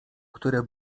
które